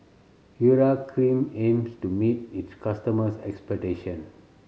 Urea Cream aims to meet its customers' expectation